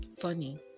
funny